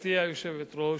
גברתי היושבת-ראש,